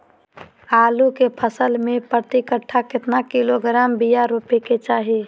आलू के फसल में प्रति कट्ठा कितना किलोग्राम बिया रोपे के चाहि?